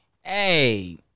Hey